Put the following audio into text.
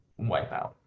Wipeout